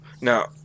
Now